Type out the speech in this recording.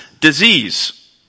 disease